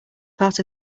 part